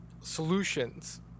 solutions